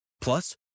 Plus